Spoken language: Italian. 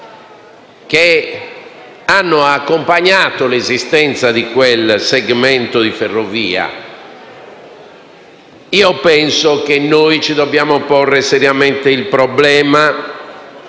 che hanno accompagnato l'esistenza di quel segmento di ferrovia, penso che dobbiamo porci seriamente il problema